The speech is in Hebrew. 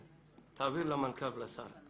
תעביר למנכ"ל ולשר.